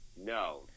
No